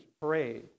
parade